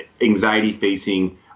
anxiety-facing